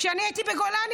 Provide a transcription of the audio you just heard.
כשאני הייתי בגולני,